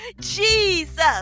jesus